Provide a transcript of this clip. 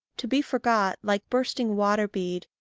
to be forgot, like bursting water-bead,